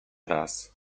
raz